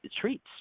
treats